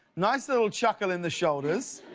nice little chuckl in the shoulders.